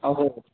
अहो